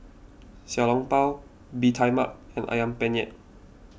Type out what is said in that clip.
Xiao Long Bao Bee Tai Mak and Ayam Penyet